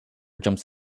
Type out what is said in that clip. jumps